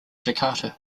jakarta